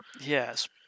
Yes